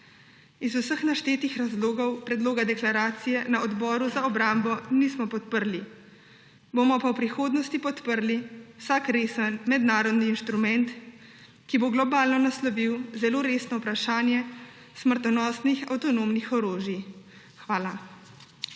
Iz vseh naštetih razlogov predloga deklaracije na Odboru za obrambo nismo podprli, bomo pa v prihodnosti podprli vsak resen mednarodni inštrument, ki bo globalno naslovil zelo resno vprašanje smrtonosnih avtonomnih orožij. Hvala.